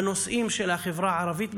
בנושאים של החברה הערבית,